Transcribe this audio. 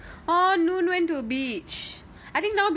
oh you went to beach I think now